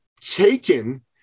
taken